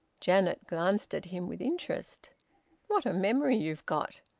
janet glanced at him with interest what a memory you've got!